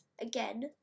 again